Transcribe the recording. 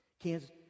Kansas